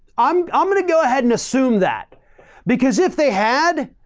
i'm um going to go ahead and assume that because if they had,